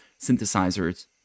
synthesizers